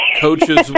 coaches